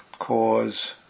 cause